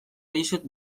dizut